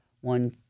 One